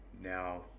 Now